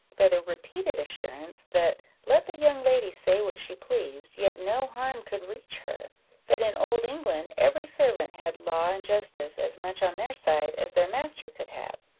by the repeated assurance, that let the young lady say what she pleased, yet no harm could reach her that in old england, every servant had law and justice as much on their side as their master could have.